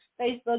Facebook